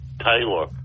Taylor